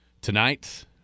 Tonight